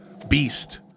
Beast